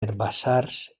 herbassars